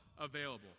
available